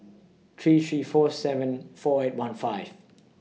three three four seven four eight one five